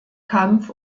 kampf